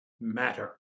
matter